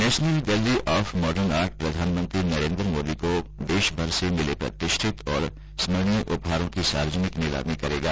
national gallery of modern art प्रधानमंत्री नरेन्द्र मोदी को देशभर से मिले प्रतिष्ठित और स्मरणीय उपहारों की सार्वजनिक नीलामी करेगा